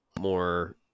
more